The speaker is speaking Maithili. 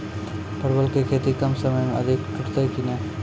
परवल की खेती कम समय मे अधिक टूटते की ने?